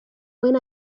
when